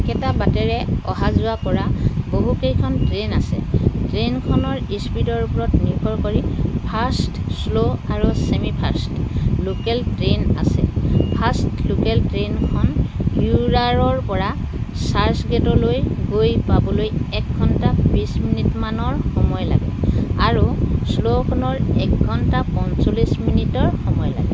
একেটা বাটেৰে অহা যোৱা কৰা বহু কেইখন ট্ৰেইন আছে ট্ৰেইনখনৰ স্পীডৰ ওপৰত নিৰ্ভৰ কৰি ফাষ্ট শ্ল ' আৰু ছেমি ফাষ্ট লোকেল ট্ৰেইন আছে ফাষ্ট লোকেল ট্ৰেইনখন ৱিওৰাৰৰপৰা চাৰ্চগেইটলৈ গৈ পাবলৈ এক ঘণ্টা বিশ মিনিটমানৰ সময় লাগে আৰু শ্ল'খনৰ এক ঘণ্টা পঞ্চল্লিশ মিনিটৰ সময় লাগে